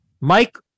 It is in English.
Mike